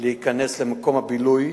להיכנס למקום הבילוי